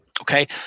Okay